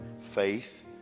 Faith